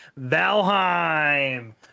Valheim